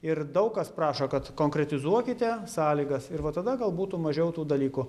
ir daug kas prašo kad konkretizuokite sąlygas ir va tada gal būtų mažiau tų dalykų